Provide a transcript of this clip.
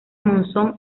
monzón